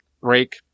break